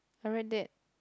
I read that